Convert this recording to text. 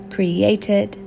Created